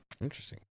Interesting